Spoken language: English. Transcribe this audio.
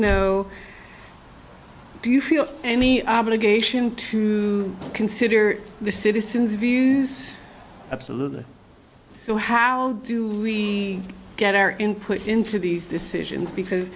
know do you feel any obligation to consider the citizens views absolutely so how do we get our input into these decisions because